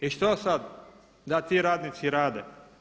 I što sad da ti radnici rade?